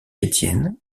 étienne